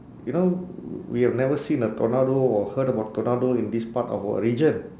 you know we have never seen a tornado or heard about tornado in this part of our region